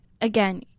again